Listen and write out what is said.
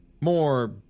more